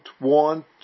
want